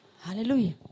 Hallelujah